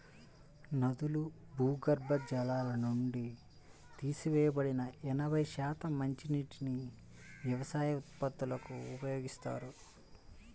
నదులు, భూగర్భ జలాల నుండి తీసివేయబడిన ఎనభై శాతం మంచినీటిని వ్యవసాయ ఉత్పత్తులకు ఉపయోగిస్తారు